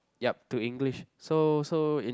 yup to English so so it